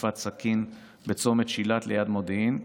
ושליפת סכין בצומת שילת ליד מודיעין,